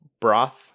broth